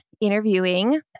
interviewing